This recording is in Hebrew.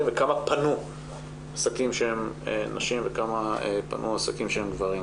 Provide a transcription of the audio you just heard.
וכמה פנו עסקים שהם של נשים וכמה פנו עסקים שהם של גברים.